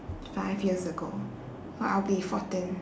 five years ago !wow! I'll be fourteen